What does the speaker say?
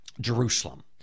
Jerusalem